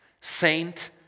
saint